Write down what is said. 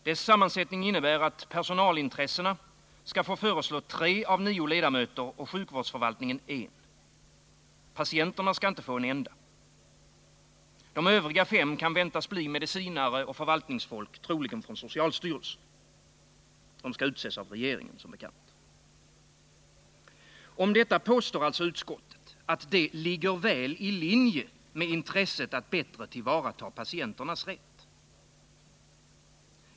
Dess sammansättning innebär att personalintressena skall få föreslå tre av nio ledamöter och sjukvårdsförvaltningen en. Patienterna skall inte få en enda. De övriga fem kan väntas bli medicinare och förvaltningsfolk, troligen från socialstyrelsen. De skall som bekant utses av regeringen. Om detta påstår utskottet att det ligger väl i linje med intresset att bättre tillvarata patienternas rätt.